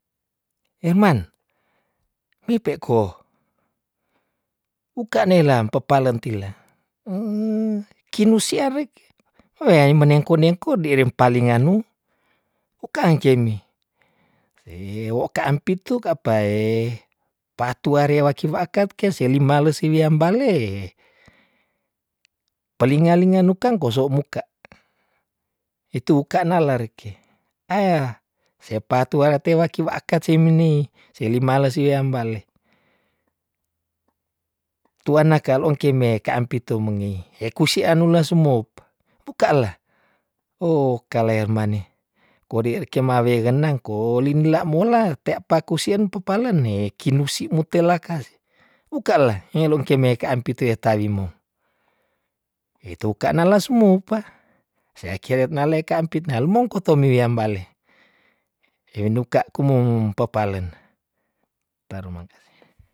Irman, mi pe ko, uka neilam pe palen tila ki nusia reke wea ni menengko- nengko dia de paling nganu ukang jemi, wo ka ampitu apa pa tuare wa ki wa akat ke se li males iwiam bale pe linga- linga nukang koso muka, itu ka na lareke ah se patu wara te waki wa akat si meni seli males wiam bale, tuana ka lo ong ki me ka ampitu mengi he kusi anula sumop buka lah okala er mane kodi reke mawe genang ko lin la mola tea paku sian papalen heh kinusi mutela kase hukala he lo ong ki me ka ampit tu eta wimou, itu ka nala sumopa sea keret nale ka ampit na lumong kotome wiam bale, he nuka ku mohom papalen, tarimakase.